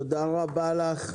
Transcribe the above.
תודה רבה לך.